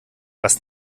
was